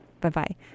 Bye-bye